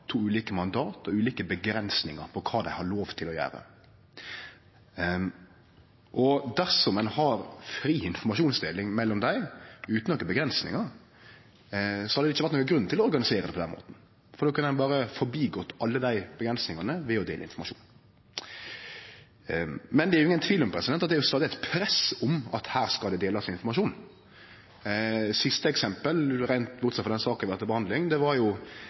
to ulike oppgåver, to ulike mandat og ulike avgrensingar på kva dei har lov til å gjere. Dersom ein har fri informasjonsdeling mellom dei, utan nokon avgrensingar, så hadde det ikkje vore nokon grunn til å organisere det på den måten, for då kunne ein berre forbigått alle dei avgrensingane ved å dele informasjon. Men det er jo ingen tvil om at det er eit stadig press om at her skal det delast informasjon. Det siste eksempelet, bortsett frå den saka vi har til behandling, er det